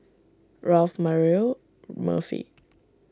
Ralph Mario Murphy